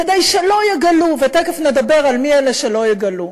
כדי שלא יגלו, ותכף נדבר על מי אלה שלא יגלו.